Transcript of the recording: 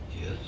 yes